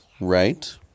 right